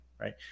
right